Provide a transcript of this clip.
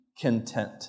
content